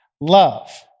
love